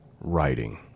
writing